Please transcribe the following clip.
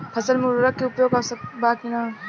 फसल में उर्वरक के उपयोग आवश्यक बा कि न?